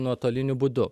nuotoliniu būdu